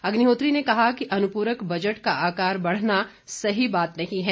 अग्निहोत्री ने कहा कि अनुपूरक बजट का आकार बढ़ना सही बात नहीं है